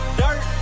dirt